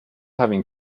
having